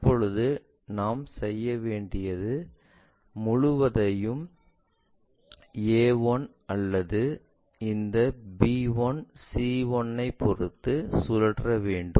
இப்போது நாம் செய்ய வேண்டியது முழுவதையும் a1 அல்லது இந்த b1 c 1 பொருத்து சுற்ற வேண்டும்